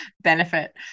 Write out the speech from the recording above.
benefit